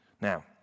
Now